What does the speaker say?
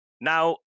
Now